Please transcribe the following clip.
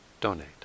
donate